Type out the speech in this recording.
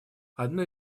одно